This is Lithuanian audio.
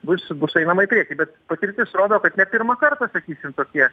bus bus einama į priekį bet patirtis rodo kad ne pirmą kartą sakysim tokie